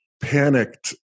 panicked